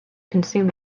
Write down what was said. consume